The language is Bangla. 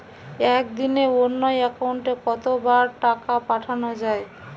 একদিনে অন্য একাউন্টে কত বার টাকা পাঠানো য়ায়?